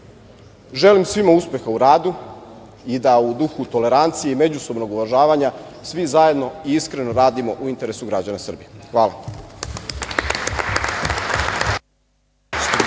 Želim svima uspeha u radu i da u duhu tolerancije i međusobnog uvažavanja svi zajedno i iskreno radimo u interesu građana Srbije. Hvala.